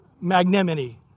magnanimity